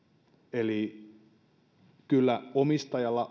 eli kyllä omistajalla